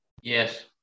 Yes